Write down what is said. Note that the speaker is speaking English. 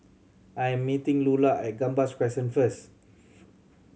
I am meeting Lula at Gambas Crescent first